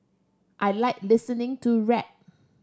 I like listening to rap